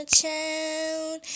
town